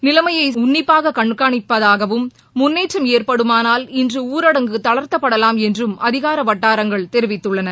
நிலமைய உன்னிபாக கண்காணிப்பதாகவும் முன்னேற்றம் ஏற்படுமானால் இன்ற ஊரடங்கு தளர்த்தப்படலாம் என்றும் அதிகார வட்டாரங்கள் தெரிவித்துள்ளன